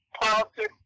politics